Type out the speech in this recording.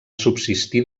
subsistir